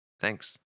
Thanks